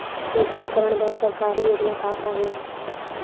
कृषि उपकरण बर सरकारी योजना का का हे?